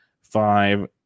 five